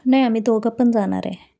नाही आम्ही दोघं पण जाणार आहे